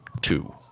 two